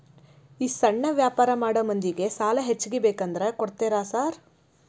ಈ ಸಣ್ಣ ವ್ಯಾಪಾರ ಮಾಡೋ ಮಂದಿಗೆ ಸಾಲ ಹೆಚ್ಚಿಗಿ ಬೇಕಂದ್ರ ಕೊಡ್ತೇರಾ ಸಾರ್?